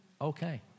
Okay